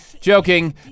joking